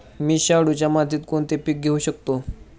मी शाडूच्या मातीत कोणते पीक घेवू शकतो?